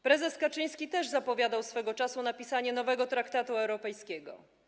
Prezes Kaczyński też zapowiadał swego czasu napisanie nowego traktatu europejskiego.